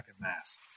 Mass